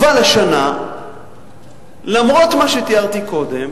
זה, שבדרך כלל ביום ראשון, בוועדת כספים,